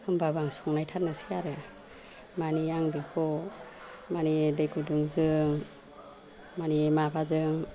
होमबाबो आं संनायथादनोसै आरो मानि आं बेखौ मानि दै गुदुंजों मानि माबाजों